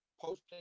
posting